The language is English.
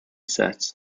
set